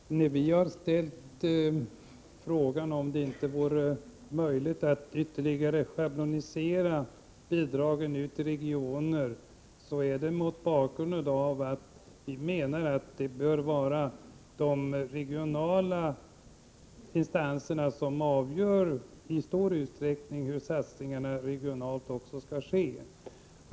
Herr talman! När vi har ställt frågan om det vore möjligt att ytterligare schablonisera bidragen till regioner har vi gjort det mot bakgrund av att vi anser att det bör vara de regionala instanserna som i stor utsträckning avgör hur satsningarna regionalt skall ske.